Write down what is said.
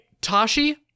Tashi